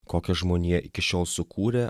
kokią žmonija iki šiol sukūrė